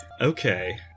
Okay